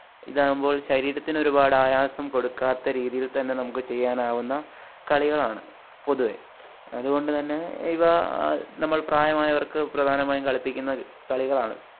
ഇതാവുമ്പോള് ശരീരത്തിന് ഒരുപാട് ആയാസം കൊടുക്കാത്ത രീതിയില് തന്നെ നമുക്ക് ചെയ്യാനാവുന്ന കളികളാണ് പൊതുവേ അതുകൊണ്ടു തന്നെ ഇവ നമ്മള് പ്രായമായവര്ക്ക് പ്രധാനമായും കളിപ്പിക്കുന്ന കളികളാണ്